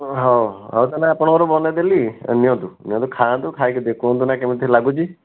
ହଁ ଆଉ ତାହେଲେ ଆପଣଙ୍କର ବନେଇ ଦେଲି ନିଅନ୍ତୁ ଖାଆନ୍ତୁ ଖାଇକି ଦେଖନ୍ତୁ ନା କେମିତି ଲାଗୁଛି